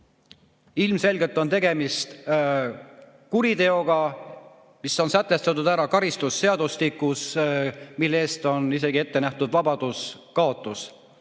Ilmselgelt on tegemist kuriteoga, mis on sätestatud karistusseadustikus ja mille eest on ette nähtud isegi vabadusekaotus,